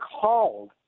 called